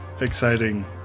exciting